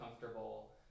comfortable